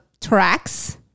tracks